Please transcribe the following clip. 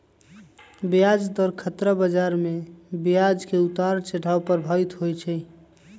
ब्याज दर खतरा बजार में ब्याज के उतार चढ़ाव प्रभावित होइ छइ